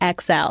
XL